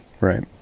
right